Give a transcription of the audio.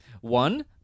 One